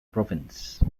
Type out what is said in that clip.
province